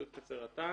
ציוד קצה רט"ן,